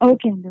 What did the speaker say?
Okay